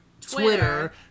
Twitter